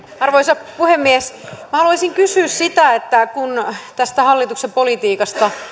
arvoisa puhemies minä haluaisin kysyä kun tästä hallituksen politiikasta